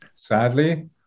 Sadly